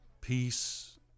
peace